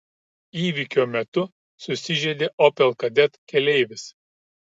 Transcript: įvykio metu susižeidė opel kadett keleivis